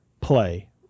play